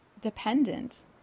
dependent